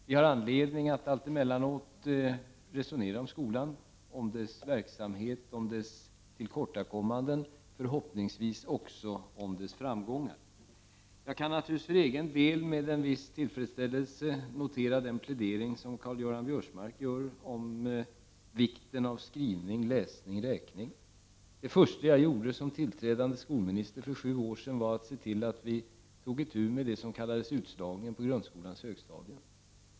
Vi har anledning att emellanåt resonera om skolan, dess verksamhet, dess tillkortakommanden, men förhoppningsvis också dess framgångar. För egen del kan jag naturligtvis med en viss tillfredsställelse notera den plädering som Karl-Göran Biörsmark gör om vikten av skrivning, läsning och räkning. Det första jag gjorde som tillträdande skolminister för sju år sedan var att se till att man tog itu med det som har kallats utslagningen på grundskolans högstadium.